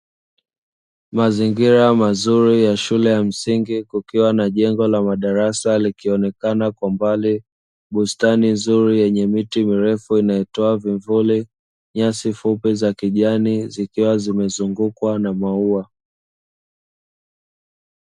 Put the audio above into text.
Mazingira mazuri ya shule ya msingi kukiwa na jengo la madarasa likionekana kwa mbali, bustani nzuri yenye miti mirefu inayotoa vivuli, nyasi fupi za kijani zikiwa zimezungukwa na maua.